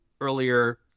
earlier